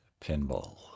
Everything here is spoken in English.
pinball